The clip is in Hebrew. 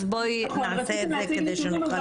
אז בואי נעשה את זה כדי שנוכל להתקדם.